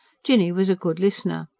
jinny was a good listener.